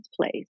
place